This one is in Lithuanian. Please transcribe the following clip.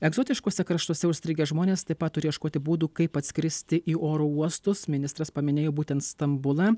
egzotiškuose kraštuose užstrigę žmonės taip pat turi ieškoti būdų kaip atskristi į oro uostus ministras paminėjo būtent stambulą